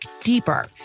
deeper